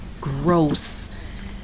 gross